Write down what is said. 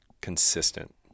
consistent